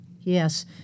yes